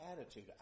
attitude